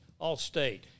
Allstate